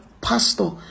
pastor